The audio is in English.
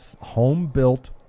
home-built